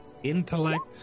Intellect